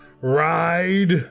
ride